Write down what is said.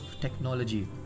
technology